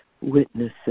witnesses